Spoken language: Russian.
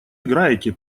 играете